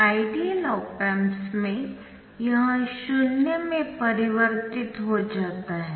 ideal op amps में यह शून्य में परिवर्तित हो जाता है